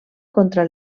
contra